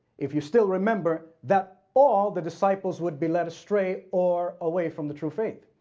if you still remember, that all the disciples would be led astray or away from the true faith,